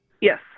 Yes